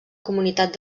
comunitat